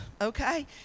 okay